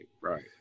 right